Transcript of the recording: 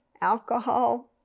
alcohol